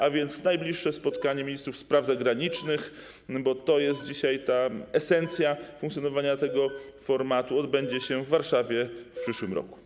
A więc najbliższe spotkanie ministrów spraw zagranicznych, bo to jest dzisiaj esencja funkcjonowania tego formatu, odbędzie się w Warszawie w przyszłym roku.